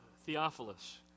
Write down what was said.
Theophilus